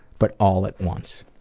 but all at once.